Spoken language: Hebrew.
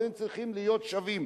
אבל הם צריכים להיות שווים.